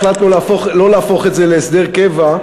החלטנו לא להפוך את זה להסדר קבע.